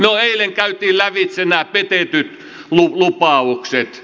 no eilen käytiin lävitse nämä petetyt lupaukset